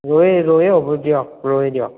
ৰৌৱে ৰৌৱে হ'ব দিয়ক ৰৌৱে দিয়ক